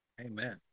amen